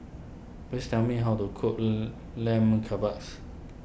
please tell me how to cook lam Lamb Kebabs